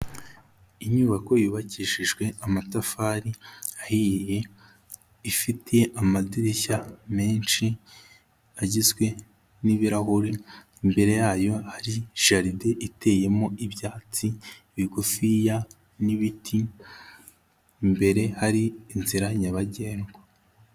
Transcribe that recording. Inyubako yubakishijwe amatafari ahiye, ifite amadirishya menshi agizwe n'ibirahuri, imbere yayo hari jaride iteyemo ibyatsi bigufiya n'ibiti, imbere hari inzira nyabagendwa.